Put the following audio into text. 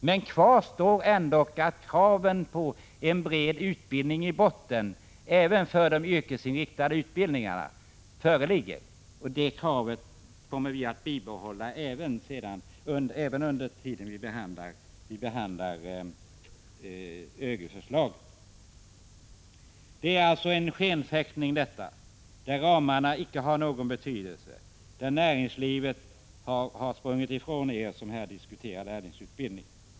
Men kvar står ändå kravet på en bred utbildning i botten, även för de yrkesinriktade utbildningarna, och det kravet kommer vi att behålla då vi behandlar ÖGY-förslaget. Det är alltså här fråga om en skenfäktning, där ramarna icke har någon betydelse — och där näringslivet har sprungit ifrån er som här diskuterar lärlingsutbildning.